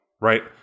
right